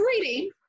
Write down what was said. reading